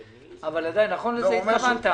אבל עדיין נכון שלזה התכוונת?